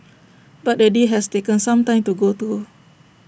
but the deal has taken some time to go through